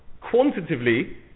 quantitatively